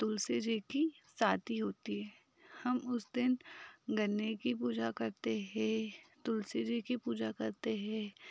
तुलसी जी की शादी होती है हम उस दिन गन्ने की पूजा करते हैं तुलसी जी की पूजा करते हैं